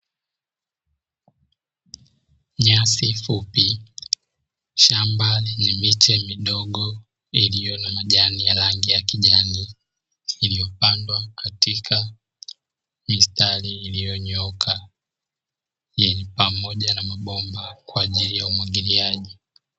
Nyasi fupi, shamba lenye miti midogo iliyo na majani ya rangi ya kijani, iliyopandwa katika mistari iliyonyooka, pamoja na mabomba kwa ajili ya umwagiliaji.